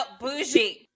bougie